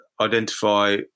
identify